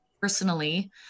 personally